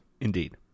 Indeed